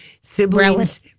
siblings